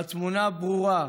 והתמונה ברורה,